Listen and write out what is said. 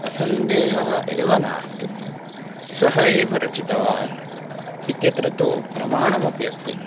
असन्देहः एव नास्ति सः एव रचितवान् इत्यत्र तु प्रमाणम् अपि अस्ति